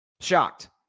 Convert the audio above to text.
Shocked